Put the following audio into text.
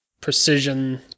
precision